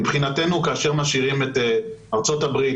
מבחינתי כאשר משאירים את ארצות הברית,